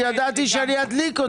אני ידעתי שאני אדליק אותך.